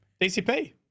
DCP